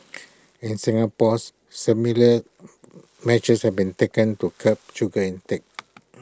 in Singapore similar measures have been taken to curb sugar intake